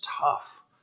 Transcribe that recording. tough